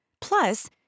Plus